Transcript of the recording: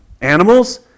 animals